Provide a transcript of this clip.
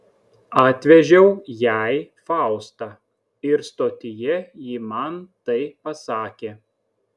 atvežiau jai faustą ir stotyje ji man tai pasakė